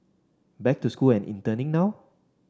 back to school and interning now